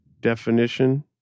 definition